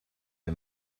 her